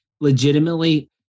legitimately